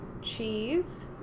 Cheese